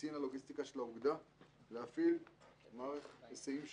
לקצין הלוגיסטיקה של האוגדה להפעיל את מערך ההיסעים שלו,